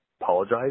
apologize